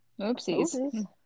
Oopsies